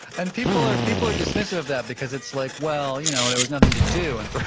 and people are people are dismissive of that because it's like well you know there was nothing to do and